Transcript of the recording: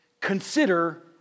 Consider